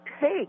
take